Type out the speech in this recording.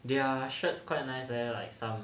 their shirts quite nice leh like some